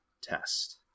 Test